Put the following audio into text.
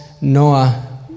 Noah